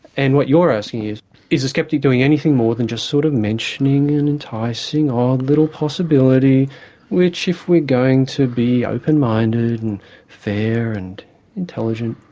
and what you're asking is is the sceptic doing anything more than just sort of mentioning an enticing odd little possibility which if we're going to be open-minded and fair and intelligent,